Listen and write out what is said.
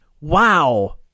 Wow